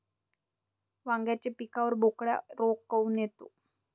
वांग्याच्या पिकावर बोकड्या रोग काऊन येतो?